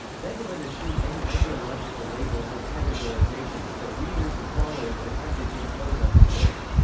voegelin eschewed any ideological labels or categorizations that readers and followers attempted to impose on his work.